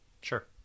Sure